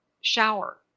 shower